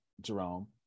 jerome